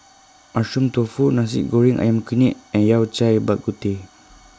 Mushroom Tofu Nasi Goreng Ayam Kunyit and Yao Cai Bak Kut Teh